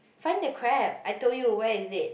find the crab I told you where is it